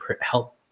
help